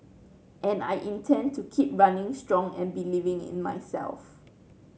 and I intend to keep running strong and believing in myself